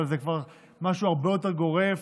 אבל זה כבר משהו הרבה יותר גורף,